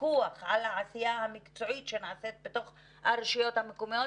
הפיקוח על העשייה המקצועית שנעשית בתוך הרשויות המקומיות,